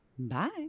Bye